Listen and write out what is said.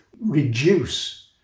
reduce